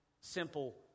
simple